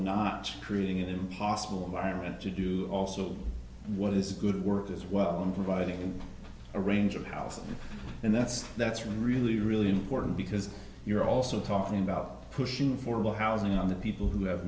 not creating impossible environment to do also what is a good work as well in providing a range of health and that's that's really really important because you're also talking about pushing forward housing on the people who have